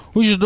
os